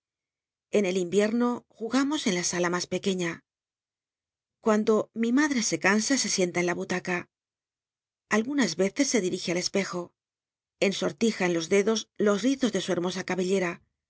en el invierno jugamos en la sala mas pel uciia uando mi madre se cansa se sienta en la butaca algunas veces se dirige al espejo ensortija en los dedos los rizos de su hermosa cabellera